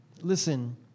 Listen